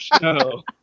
Show